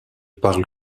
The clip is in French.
parle